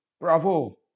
Bravo